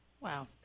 Wow